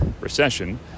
recession